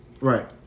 Right